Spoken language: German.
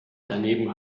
daneben